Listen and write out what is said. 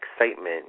excitement